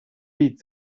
lied